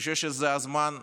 זה הזמן שלנו,